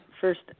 first